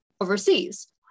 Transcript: overseas